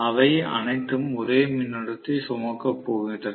அவை அனைத்தும் ஒரே மின்னோட்டத்தை சுமக்கப் போகின்றன